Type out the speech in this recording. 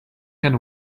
can